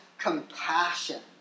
compassion